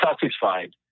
satisfied